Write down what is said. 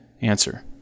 Answer